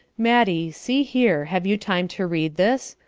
mattie, see here, have you time to read this?